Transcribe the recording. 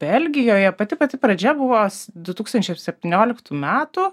belgijoje pati pati pradžia buvo du tūkstančiai septynioliktų metų